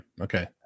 okay